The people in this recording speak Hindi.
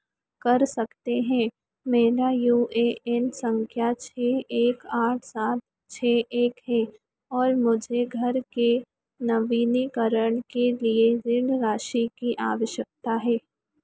कर सकते हैं मेरा यू ए एन संख्या छः एक आठ सात छः एक है और मुझे घर के नवीनीकरण के लिए ऋण राशि की आवश्यकता है